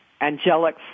angelic